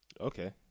Okay